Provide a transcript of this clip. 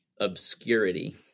obscurity